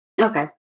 okay